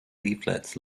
leaflets